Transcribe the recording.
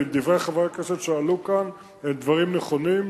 ודברי חברי הכנסת שעלו כאן הם דברים נכונים.